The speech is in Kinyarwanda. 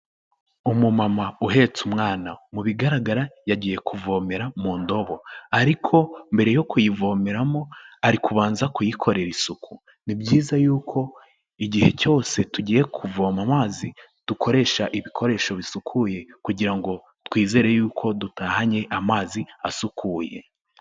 Umumama uhetse umwana, mu bigaragara yagiye kuvomera mu ndobo, ariko mbere yo kuyivomeramo ari kubanza kuyikorera isuku; ni byiza yuko igihe cyose tugiye kuvoma amazi, dukoresha ibikoresho bisukuye kugirango twizere yuko dutahanye amazi asukuye.